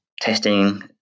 testing